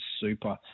super